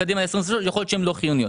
ל-2023 ויכול להיות שהן לא חיוניות.